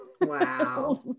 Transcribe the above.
Wow